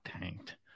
tanked